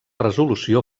resolució